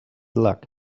luck